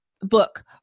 book